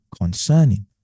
concerning